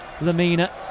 Lamina